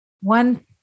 One